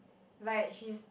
like she's